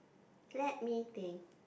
let me think